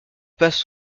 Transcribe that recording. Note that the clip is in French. passe